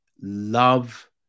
love